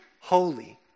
holy